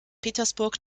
petersburg